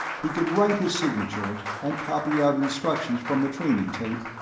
he could write his signature, and copy out instructions from the training tape,